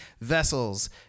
vessels